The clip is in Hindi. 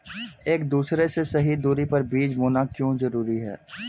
एक दूसरे से सही दूरी पर बीज बोना क्यों जरूरी है?